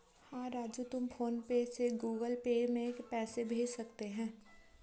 हां राजू तुम PhonePe से गुगल पे में पैसे भेज सकते हैं